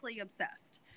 obsessed